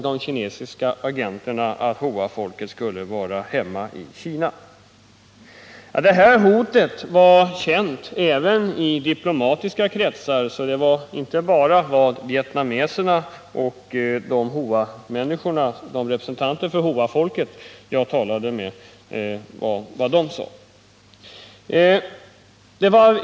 Detta ”hot” var känt även i diplomatiska kretsar, så det var inte bara vad vietnameser och de representanter för Hoafolket som jag talade med sade.